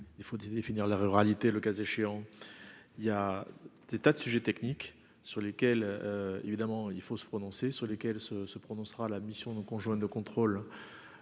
il faut définir la ruralité, le cas échéant, il y a des tas de sujets techniques sur lesquels, évidemment, il faut se prononcer sur lesquels se se prononcera la mission de conjoint de contrôle